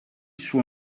suo